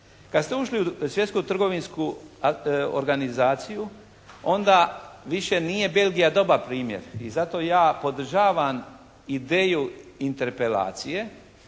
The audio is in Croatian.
Kad ste ušli u Svjetsku trgovinsku organizaciju onda više nije Belgija dobar primjer i zato ja podržavam ideju Interpelacije